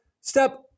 Step